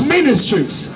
Ministries